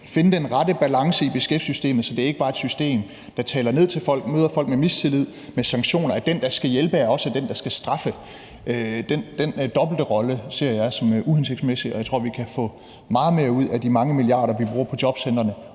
finde den rette balance i beskæftigelsessystemet, så det ikke bare er et system, der taler ned til folk og møder folk med mistillid og sanktioner, og at den, der skal hjælpe, også er den, der skal straffe: Den dobbelte rolle ser jeg som uhensigtsmæssig, og jeg tror, vi kan få meget mere ud af de mange milliarder, vi bruger på jobcentrene,